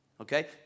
Okay